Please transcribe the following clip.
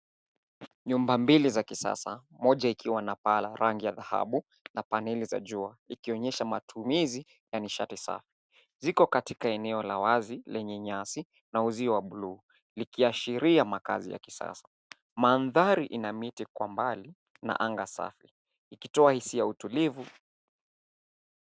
Nyumba mbili za kisasa moja ikiwa na paa la rangi ya dhahabu na paneli za jua ikionyesha matumizi yaani shatisaf ziko katika eneo la wazi lenye nyasi na uzio wa buluu likiashiria makazi ya kisasa. Mandhari ina miti kwa mbali na anga safi ikitoa hisia utulivu.